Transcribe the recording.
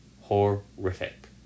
Horrific